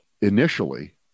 initially